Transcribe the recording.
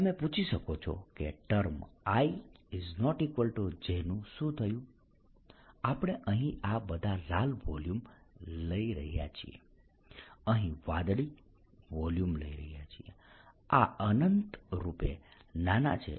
તમે પૂછી શકો છો કે ટર્મ ij નું શું થયું આપણે અહીં આ બધા જ લાલ વોલ્યુમ લઈ રહ્યા છીએ અથવા અહીં વાદળી વોલ્યુમ લઇ રહયા છીએ આ અનંતરૂપે નાના છે